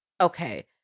Okay